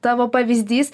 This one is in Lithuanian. tavo pavyzdys